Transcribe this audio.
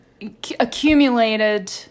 accumulated